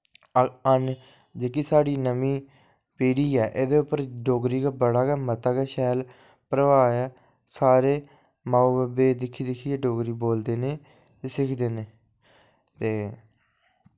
अन जेह्की साढ़ी नमीं पीढ़ी ऐ एह्दै उप्पर डोगरी दा बड़ा गै मता गै शैल प्रभा ऐ सारे माऊ बब्बे दिक्खी दिक्खियै डोगरी बोलदे नै ते सिखदे नै ते